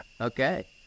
Okay